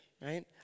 right